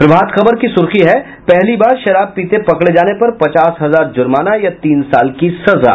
प्रभात खबर की सुर्खी है पहली बार शराब पीते पकड़े जाने पर पचास हजार जुर्माना या तीन साल की सजा